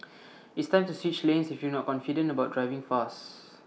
it's time to switch lanes if you're not confident about driving fast